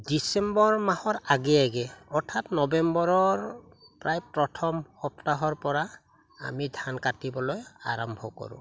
ডিচেম্বৰ মাহৰ আগে আগে অৰ্থাৎ নৱেম্বৰৰ প্ৰায় প্ৰথম সপ্তাহৰ পৰা আমি ধান কাটিবলৈ আৰম্ভ কৰোঁ